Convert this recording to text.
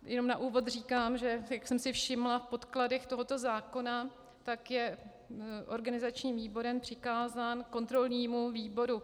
Jenom na úvod říkám, že jak jsem si všimla v podkladech tohoto zákona, tak je organizačním výborem přikázán kontrolnímu výboru.